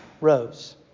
rose